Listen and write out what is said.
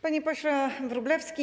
Panie Pośle Wróblewski!